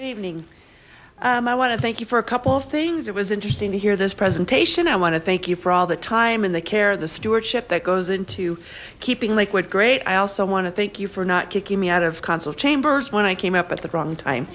evening i want to thank you for a couple of things it was interesting to hear this presentation i want to thank you for all the time and the care the stewardship that goes into keeping liquid great i also want to thank you for not kicking me out of council chambers when i came up at the wrong time